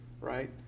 right